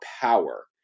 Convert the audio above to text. power